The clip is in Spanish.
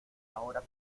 ahora